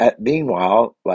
meanwhile